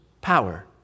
power